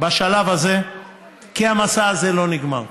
כי המסע הזה לא נגמר.